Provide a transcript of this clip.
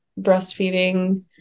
breastfeeding